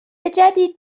جدید